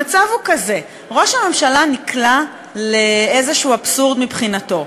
המצב הוא כזה: ראש הממשלה נקלע לאיזה אבסורד מבחינתנו.